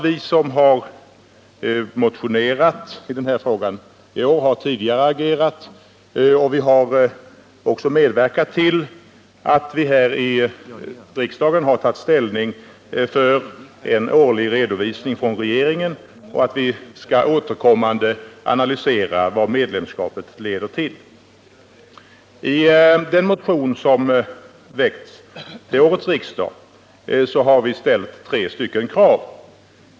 Vi som har motionerat i den här frågan i år har agerat tidigare, och vi har medverkat till att riksdagen har beslutat ta ställning för en årlig redovisning från regeringen och att vi återkommande skall analysera vad medlemskapet leder till. I den motion som väckts till årets riksdag har vi ställt tre krav.